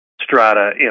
strata